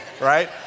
right